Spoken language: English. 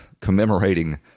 Commemorating